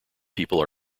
people